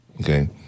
Okay